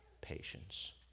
patience